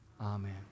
Amen